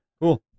Cool